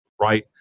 right